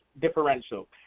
differential